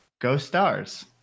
Go-stars